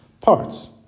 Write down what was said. parts